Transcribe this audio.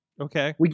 Okay